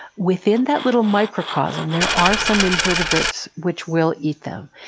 within that little microcosm there are some invertebrates which will eat them.